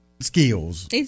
skills